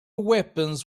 weapons